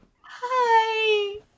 Hi